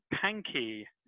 panky